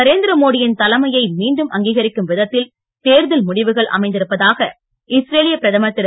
நரேந்திரமோடியின் தலைமையை மீண்டும் அங்கீரிக்கும் விதத்தில் தேர்தல் முடிவுகள் அமைந்திருப்பதாக இஸ்ரேலிய பிரதமர் திரு